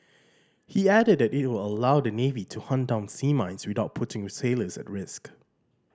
he added it will allow the navy to hunt down sea mines without putting sailors at risk